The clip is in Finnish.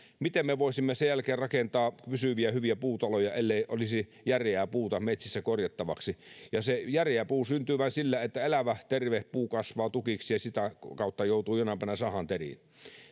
miten me voisimme sen jälkeen rakentaa pysyviä hyviä puutaloja ellei olisi järeää puuta metsissä korjattavaksi ja se järeä puu syntyy vain sillä että elävä terve puu kasvaa tukiksi ja sitä kautta joutuu jonain päivänä sahan teriin